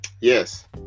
yes